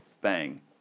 Bang